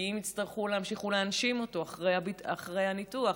כי אם יצטרכו להמשיך ולהנשים אותו אחרי הניתוח,